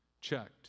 checked